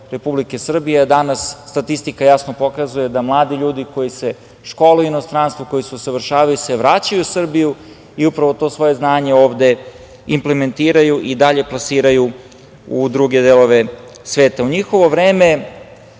Republike Srbije, a danas statistika jasno pokazuje da mladi ljudi koji se školuju u inostranstvu, koji se usavršavaju se vraćaju u Srbiju i upravo to svoje znanje ovde implementiraju i dalje plasiraju u druge delove sveta.U njihovo vreme,